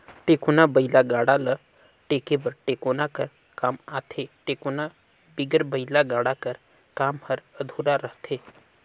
टेकोना बइला गाड़ा ल टेके बर टेकोना कर काम आथे, टेकोना बिगर बइला गाड़ा कर काम हर अधुरा रहथे